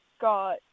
got